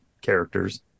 characters